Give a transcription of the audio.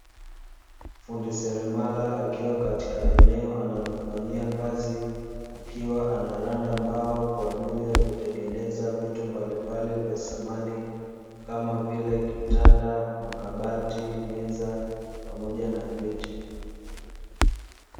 Fundi selemara akiwa katika eneo analofanyia kazi akiwa anaranda mbao kwa ajili ya kutengeneza vitu mbalimbali vya samani kama vile:kitanda, makabati, meza pamoja na viti.